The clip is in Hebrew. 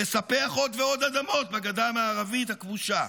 לספח עוד ועוד אדמות בגדה המערבית הכבושה,